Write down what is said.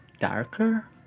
darker